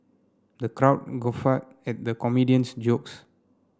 the crowd guffawed at the comedian's jokes